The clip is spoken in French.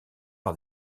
par